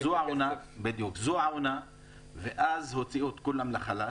זו העונה והם הפסידו אותה.